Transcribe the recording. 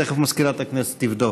תכף מזכירת הכנסת תבדוק.